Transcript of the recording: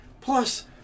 Plus